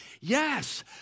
Yes